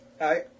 Hi